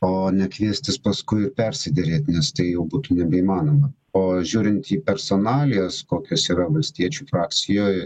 o ne kviestis paskui persiderėt nes tai jau būtų nebeįmanoma o žiūrint į personalijas kokios yra valstiečių frakcijoj